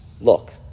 look